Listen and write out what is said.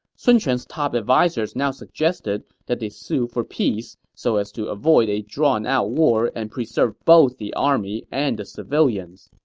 sun quan's top advisers now suggested that they sue for peace so as to avoid a drawn-out war and preserve both the army and the civilians.